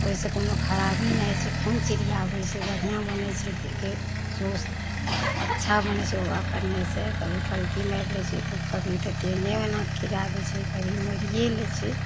ओहि सऽ कोनो खराबी नहि होइ छै खून छिड़ियाबै छै बढ़िआँ बनै छै देहके स्वास्थ अच्छा बनै छै योगा करय सऽ कभी पल्थी मारि लै छै लोक कभी तऽ टाॅंगे एनाके गिरा दै छै कभी मोड़िए लै छै